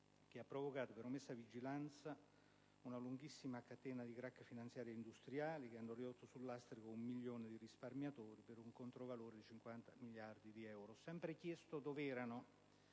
che ha provocato, per omessa vigilanza, una lunghissima catena di crack finanziari ed industriali che hanno ridotto sul lastrico un milione di risparmiatori, per un controvalore di 50 miliardi di euro. Ho sempre chiesto dove erano